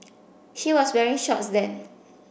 she was wearing shorts then